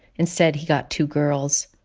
instead he got two girls.